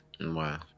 Wow